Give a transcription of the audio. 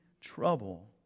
trouble